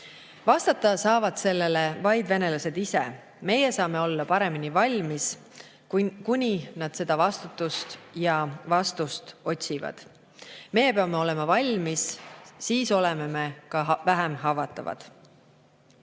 Vastata saavad sellele vaid venelased ise, meie saame olla paremini valmis, kuni nad seda vastutust ja vastutajaid otsivad. Meie peame olema valmis, siis oleme me ka vähem haavatavad. Seetõttu